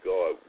God